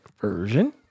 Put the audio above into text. version